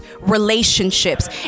relationships